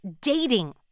dating